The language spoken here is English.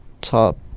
top